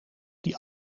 die